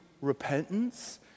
repentance